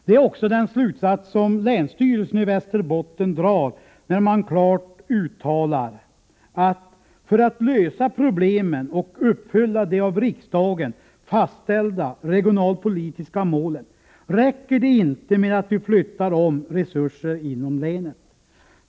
Det är också den slutsats som länsstyrelsen i Västerbotten drar när den klart uttalar: ”För att lösa problemen och uppfylla de av riksdagen fastställda regionalpolitiska målen räcker det inte med att vi flyttar om resurser inom länet.